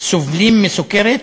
סובלים מסוכרת,